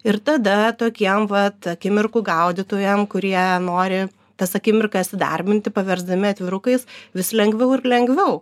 ir tada tokiem vat akimirkų gaudytojam kurie nori tas akimirkas įdarbinti paversdami atvirukais vis lengviau ir lengviau